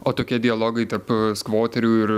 o tokie dialogai tarp skvoterių ir